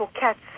cats